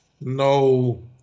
no